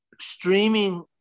streaming